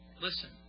Listen